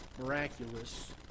miraculous